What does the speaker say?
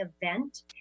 event